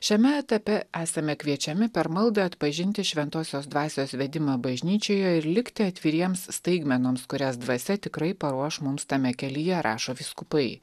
šiame etape esame kviečiami per maldą atpažinti šventosios dvasios vedimą bažnyčioje ir likti atviriems staigmenoms kurias dvasia tikrai paruoš mums tame kelyje rašo vyskupai